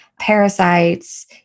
parasites